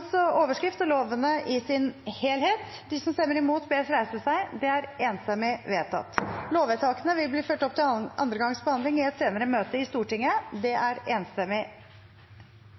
overskrift og lovene i sin helhet. Lovvedtakene vil bli ført opp til andre gangs behandling i et senere møte i Stortinget. Dermed er